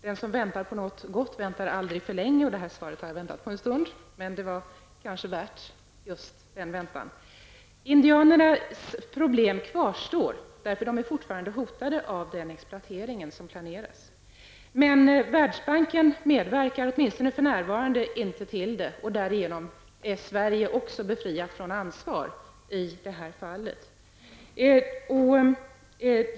Den som väntar på något gott väntar ju aldrig för länge. Det här svaret har jag väntat på ett tag, men det var värt den väntan. Indianernas problem kvarstår, eftersom denna exploatering fortfarande hotar dem. Men Världsbanken medverkar åtminstone inte för närvarande till projektet och därmed är också Sverige befriat från ansvar i det här fallet.